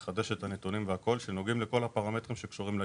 הוא מחדש את הנתונים שנוגעים לכל הפרמטרים שקשורים לעישון.